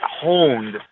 honed